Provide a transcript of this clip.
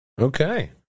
Okay